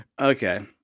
Okay